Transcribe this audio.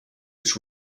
its